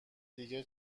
دیگه